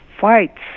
fights